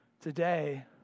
today